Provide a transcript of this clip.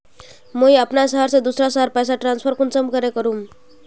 मुई अपना शहर से दूसरा शहर पैसा ट्रांसफर कुंसम करे करूम?